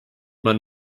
man